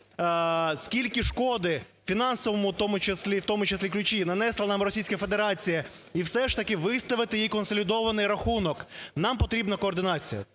скільки шкоди, в фінансовому в тому числі ключі нанесла нам Російська Федерація, і все ж таки виставити їй консолідований рахунок, нам потрібна координація.